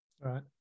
Right